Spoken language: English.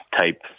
type